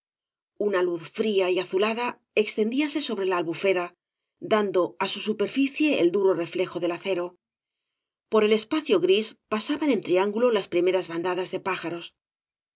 una luz fría y azulada extendíase sobre la albufera dando á su superficie el duro reflejo del acero por el espacio gris pasabn en triángulo las primeras bandadas de pájaros